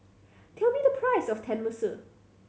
tell me the price of Tenmusu